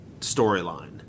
storyline